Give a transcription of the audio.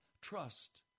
trust